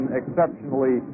exceptionally